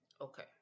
Okay